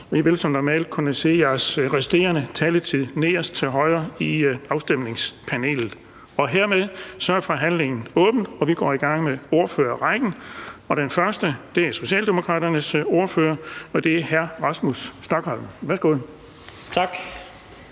I vil som normalt kunne se jeres resterende taletid nederst til højre i afstemningspanelet. Hermed er forhandlingen åbnet, og vi går i gang med ordførerrækken. Den første er Socialdemokraternes ordfører, og det er hr. Rasmus Stoklund. Værsgo. Kl.